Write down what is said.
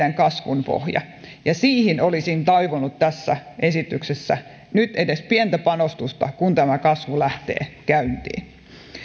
meidän kasvumme pohja ja siihen olisin toivonut tässä esityksessä nyt edes pientä panostusta kun tämä kasvu lähtee käyntiin